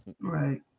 Right